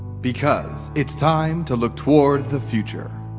because it's time to look toward the future